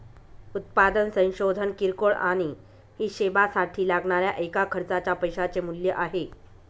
उत्पादन संशोधन किरकोळ आणि हीशेबासाठी लागणाऱ्या एका खर्चाच्या पैशाचे मूल्य आहे